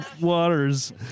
waters